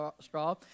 straw